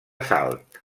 salt